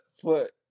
foot